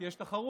כי יש תחרות,